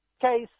case